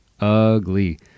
ugly